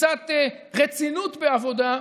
וקצת רצינות בעבודה,